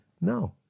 No